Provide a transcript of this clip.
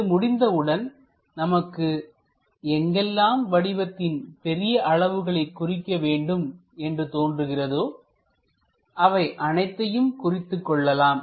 இது முடிந்தவுடன் நமக்கு எங்கெல்லாம் வடிவத்தின் பெரிய அளவுகளை குறிக்க வேண்டும் என்று தோன்றுகிறதோ அவை அனைத்தையும் குறித்துக் கொள்ளலாம்